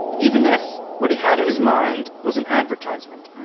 even if what he had in his mind was an advertisement.